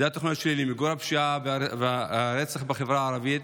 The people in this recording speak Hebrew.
אלה התוכניות שלי למיגור הפשיעה והרצח בחברה הערבית.